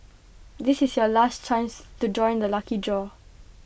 this is your last chance to join the lucky draw